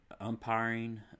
umpiring